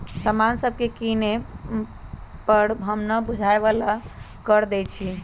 समान सभके किने पर हम न बूझाय बला कर देँई छियइ